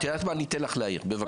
את יודעת מה, אני אתן לך להעיר, בבקשה.